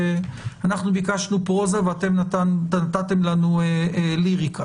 אנחנו ביקשנו פרוזה ואתם נתתם לנו ליריקה.